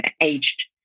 aged